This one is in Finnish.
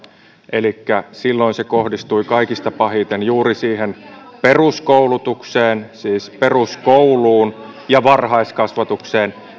elikkä silloin se kohdistui kaikista pahiten juuri peruskoulutukseen siis peruskouluun ja varhaiskasvatukseen